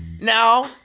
Now